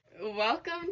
welcome